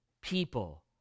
people